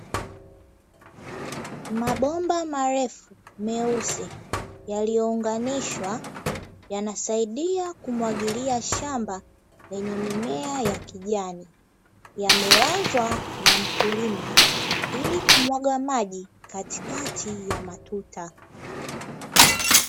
Mabomba marefu meusi yaliyounganishwa yanasaidia kumwagilia shamba lenye mimea ya kijani, yamelazwa na mkulima ili kumwaga maji katikati ya matuta.